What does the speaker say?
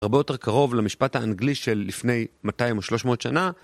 הרבה יותר קרוב למשפט האנגלי של לפני 200 או 300 שנה.